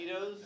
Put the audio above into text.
Cheetos